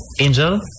Angel